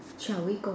shall we go